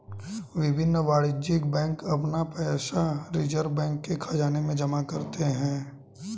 विभिन्न वाणिज्यिक बैंक अपना पैसा रिज़र्व बैंक के ख़ज़ाने में जमा करते हैं